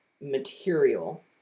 material